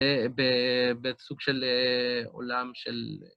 בסוג של עולם של...